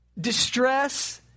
distress